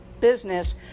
business